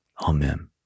Amen